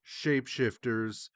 shapeshifters